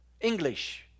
English